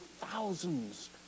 thousands